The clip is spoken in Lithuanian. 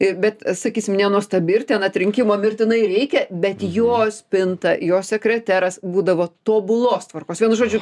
ir bet sakysim ne nuostabi ir ten atrinkimo mirtinai reikia bet jo spinta jo sekreteras būdavo tobulos tvarkos vienu žodžiu